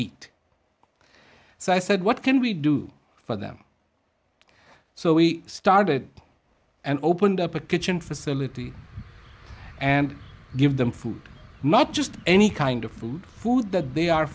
eat so i said what can we do for them so we started and opened up our kitchen facility and give them food not just any kind of food food that they are